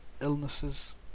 illnesses